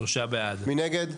מי נגד?